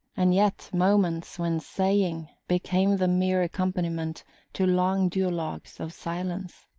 and yet moments when saying became the mere accompaniment to long duologues of silence.